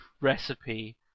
recipe